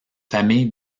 famille